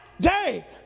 day